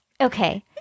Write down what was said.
okay